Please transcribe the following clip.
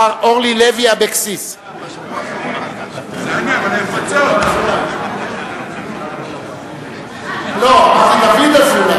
על שירותו ופעילותו במסגרת נשיאות הכנסת וניהול הכנסת למופת.